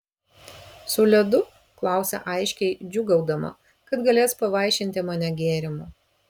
su ledu klausia aiškiai džiūgaudama kad galės pavaišinti mane gėrimu